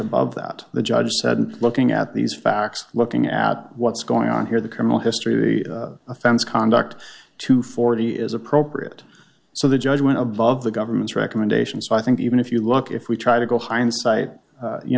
above that the judge said in looking at these facts looking at what's going on here the criminal history of the offense conduct to forty is appropriate so the judge went above the government's recommendation so i think even if you look if we try to go hindsight